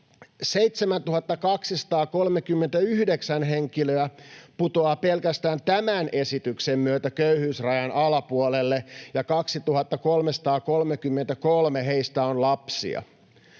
7 239 henkilöä putoaa pelkästään tämän esityksen myötä köyhyysrajan alapuolelle, ja 2 333 heistä on lapsia.